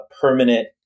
permanent